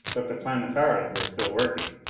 but the planetara's were still working.